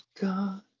God